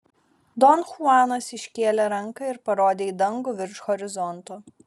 don chuanas iškėlė ranką ir parodė į dangų virš horizonto